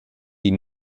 die